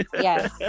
yes